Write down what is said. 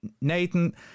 Nathan